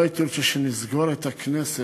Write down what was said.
לא הייתי רוצה שנסגור את הכנסת,